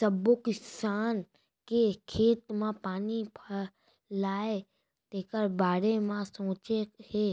सब्बो किसान के खेत म पानी पलय तेखर बारे म सोचे हे